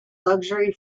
luxury